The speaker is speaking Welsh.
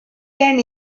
gen